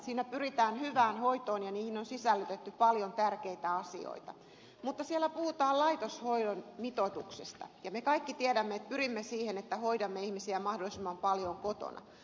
niissä pyritään hyvään hoitoon ja niihin on sisällytetty paljon tärkeitä asioita mutta siellä puhutaan laitoshoidon mitoituksesta ja me kaikki pyrimme siihen että hoidamme ihmisiä mahdollisimman paljon kotona